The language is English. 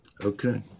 okay